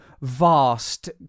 vast